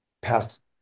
past